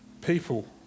people